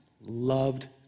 loved